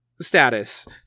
status